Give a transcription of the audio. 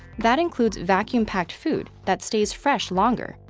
that includes vacuum-packed food that stays fresh longer,